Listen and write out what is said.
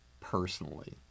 personally